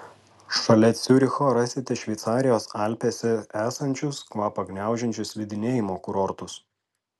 šalia ciuricho rasite šveicarijos alpėse esančius kvapą gniaužiančius slidinėjimo kurortus